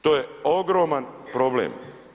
To je ogroman problem.